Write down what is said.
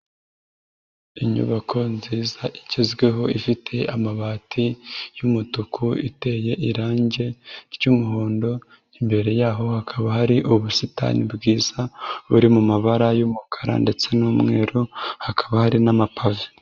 Inyubako nziza igezweho ifite amabati y'umutuku iteye irangi ry'umuhondo, imbere yaho hakaba hari ubusitani bwiza, buri mu mabara y'umukara ndetse n'umweru, hakaba hari n'amapave.